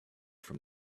from